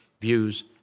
views